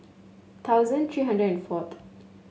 thousand three hundred and fourth